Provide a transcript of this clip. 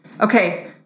Okay